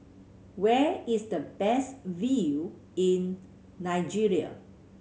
where is the best view in Nigeria